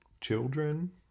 children